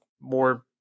more